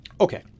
Okay